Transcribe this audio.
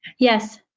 yes.